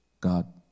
God